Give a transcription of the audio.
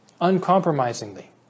uncompromisingly